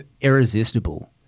Irresistible